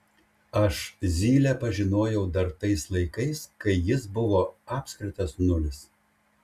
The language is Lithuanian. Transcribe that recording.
aš zylę pažinojau dar tais laikais kai jis buvo apskritas nulis